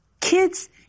kids